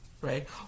right